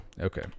Okay